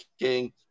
King